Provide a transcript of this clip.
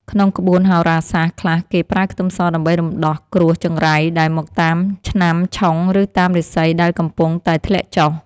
ក្នុងក្បួនហោរាសាស្ត្រខ្លះគេប្រើខ្ទឹមសដើម្បីរំដោះគ្រោះចង្រៃដែលមកតាមឆ្នាំឆុងឬតាមរាសីដែលកំពុងតែធ្លាក់ចុះ។